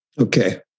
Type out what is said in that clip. Okay